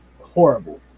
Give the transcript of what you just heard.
horrible